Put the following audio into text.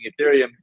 Ethereum